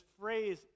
phrase